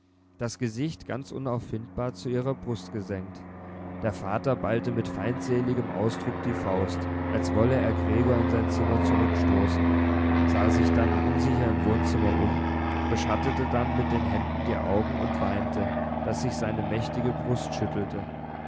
das gesicht ganz unauffindbar zu ihrer brust gesenkt der vater ballte mit feindseligem ausdruck die faust als wolle er gregor in sein zimmer zurückstoßen sah sich dann unsicher im wohnzimmer um beschattete dann mit den händen die augen und weinte daß sich seine mächtige brust schüttelte